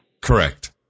Correct